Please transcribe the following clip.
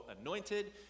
Anointed